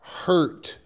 hurt